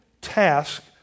task